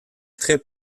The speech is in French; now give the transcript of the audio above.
très